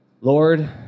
Lord